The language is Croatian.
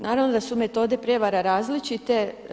Naravno da su metode prijevara različite.